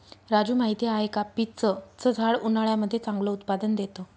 राजू माहिती आहे का? पीच च झाड उन्हाळ्यामध्ये चांगलं उत्पादन देत